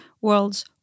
world's